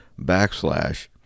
backslash